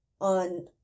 on